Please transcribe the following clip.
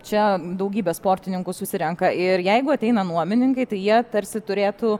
čia daugybė sportininkų susirenka ir jeigu ateina nuomininkai tai jie tarsi turėtų